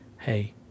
hey